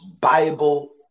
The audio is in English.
Bible